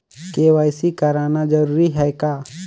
KYC कराना जरूरी है का?